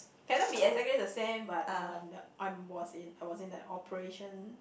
cannot be exactly the same but uh the I'm was in I was in the operation